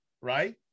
right